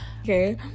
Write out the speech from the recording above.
Okay